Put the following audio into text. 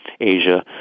Asia